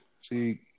See